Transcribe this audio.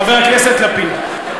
חבר הכנסת לפיד,